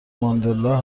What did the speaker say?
ماندلا